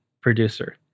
producer